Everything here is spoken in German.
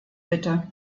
bitte